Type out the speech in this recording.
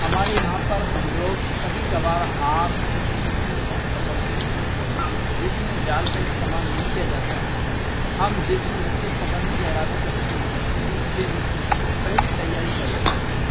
ہمارے یہاں پر ہم لوگ کبھی کبھار ہاتھ سے بھی مچھلی پکڑتے ہیں جس میں جال کا استعمال نہیں کیا جاتا ہے ہم جس دن مچھلی پکڑنے کا ارادہ کرتے ہیں تو اس دن اس کی پہلی تیاری کر لیتے ہیں